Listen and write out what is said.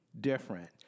different